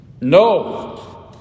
No